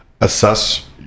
assess